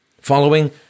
Following